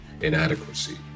inadequacy